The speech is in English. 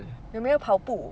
有没有跑步